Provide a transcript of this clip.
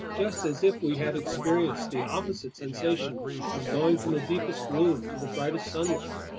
just as if we had experienced the opposite sensation of going from the deepest gloom to the brightest sunlight.